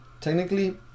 Technically